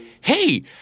Hey